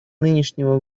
нынешнего